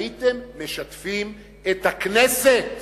הייתם משתפים את הכנסת